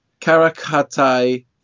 karakatai